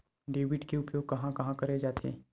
Debit के उपयोग कहां कहा करे जाथे?